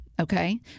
okay